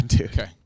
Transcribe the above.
Okay